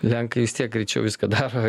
lenkai vis tiek greičiau viską daro